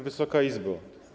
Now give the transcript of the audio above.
Wysoka Izbo!